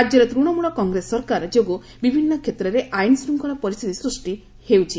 ରାଜ୍ୟର ତୂଣମୂଳ କଂଗ୍ରେସ ସରକାର ଯୋଗୁଁ ବିଭିନ୍ନ କ୍ଷେତ୍ରରେ ଆଇନଶୂଙ୍ଖଳା ପରିସ୍ଥିତି ସୃଷ୍ଟି ହେଉଛି